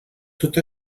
tot